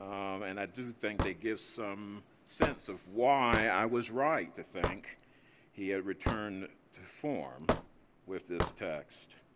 and i do think they give some sense of why i was right to think he had returned to form with this text.